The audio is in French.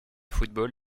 football